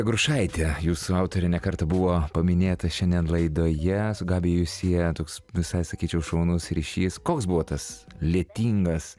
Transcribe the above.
grušaitė jūsų autorė ne kartą buvo paminėta šiandien laidoje su gabija jus sieja toks visai sakyčiau šaunus ryšys koks buvo tas lietingas